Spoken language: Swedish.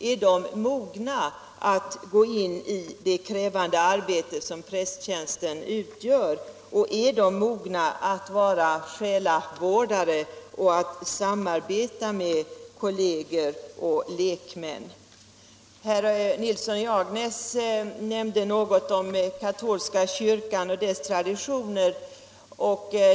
Är de mogna att gå in i det krävande arbete som prästtjänsten utgör och är de mogna att vara själavårdare och att samarbeta med kolleger och lekmän? Herr Nilsson i Agnäs nämnde någonting om katolska kyrkan och dess traditioner.